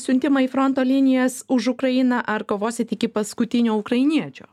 siuntimą į fronto linijas už ukrainą ar kovosit iki paskutinio ukrainiečio